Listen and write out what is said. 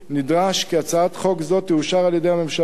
נדרש כי טיוטת החוק תאושר על-ידי הממשלה